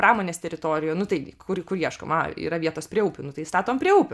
pramonės teritorijoj nu tai kur kur ieškoma a yra vietos prie upių nu tai statom prie upių